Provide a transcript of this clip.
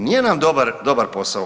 Nije nam dobar posao.